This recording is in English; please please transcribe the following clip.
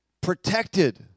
protected